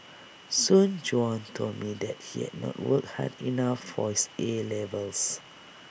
Soon Juan told me that he had not worked hard enough for his A levels